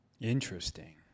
Interesting